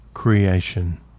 Creation